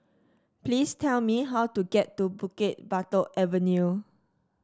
please tell me how to get to Bukit Batok Avenue